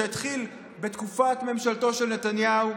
שהתחיל בתקופת ממשלתו של נתניהו,